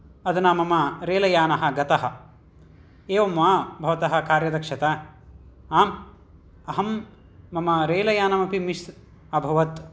अधुना मम रेलयानः गतः एवं मा भवतः कार्यदक्षता आम् अहं मम रेलयानम् अपि मिस् अभवत्